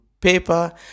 paper